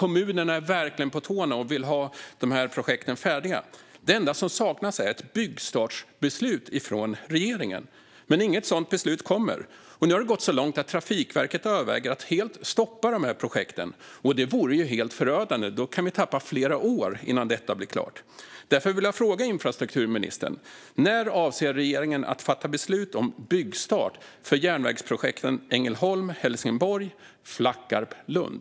Kommunerna är verkligen på tårna och vill ha dessa projekt färdiga. Det enda som saknas är ett byggstartsbeslut från regeringen. Men inget sådant beslut kommer. Nu har det gått så långt att Trafikverket överväger att helt stoppa dessa projekt. Det vore helt förödande. Då kan vi förlora flera år innan detta blir klart. Därför vill jag fråga infrastrukturministern: När avser regeringen att fatta beslut om byggstart för järnvägsprojekten Ängelholm-Helsingborg och Flackarp-Lund?